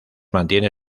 mantiene